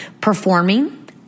performing